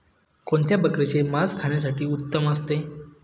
कोणत्या बकरीचे मास खाण्यासाठी उत्तम असते?